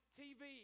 tv